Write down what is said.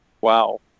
Wow